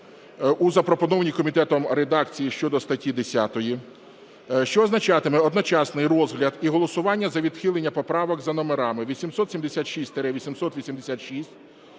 у запропонованій комітетом редакції щодо статті 10, що означатиме одночасний розгляд і голосування за відхилення правок за номерами: 876-886,